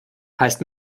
heißt